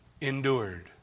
Endured